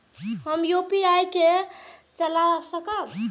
हम यू.पी.आई के चला सकब?